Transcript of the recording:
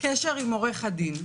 קשר עם עורך דין).